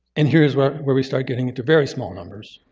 and here is where where we start getting into very small numbers.